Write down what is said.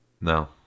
no